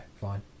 fine